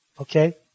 okay